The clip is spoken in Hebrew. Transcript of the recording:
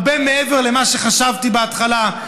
הרבה מעבר למה שחשבתי בהתחלה,